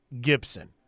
gibson